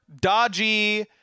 Dodgy